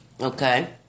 Okay